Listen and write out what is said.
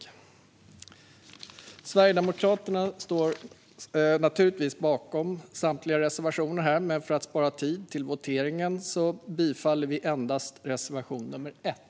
Vi i Sverigedemokraterna står naturligtvis bakom samtliga våra reservationer, men för att spara tid vid voteringen yrkar vi bifall endast till reservation nr 1.